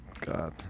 God